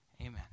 Amen